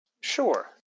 Sure